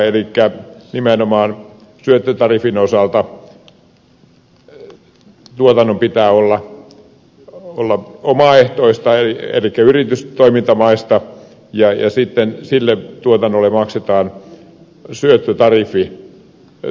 elikkä nimenomaan syöttötariffin osalta tuotannon pitää olla omaehtoista elikkä yritystoimintamaista ja sitten sille tuotannolle maksetaan syöttötariffi